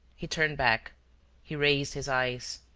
he turned back he raised his eyes.